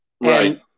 Right